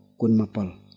kunmapal